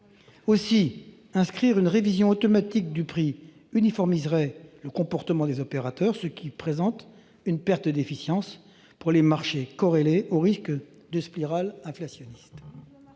Aussi, inscrire une révision automatique du prix uniformiserait le comportement des opérateurs, ce qui présente une perte d'efficience pour les marchés corrélés, au risque de susciter des spirales inflationnistes.